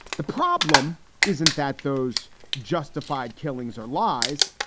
the problem isn't that those justified killings are lies.